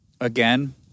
again